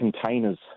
containers